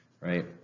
right